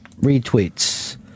retweets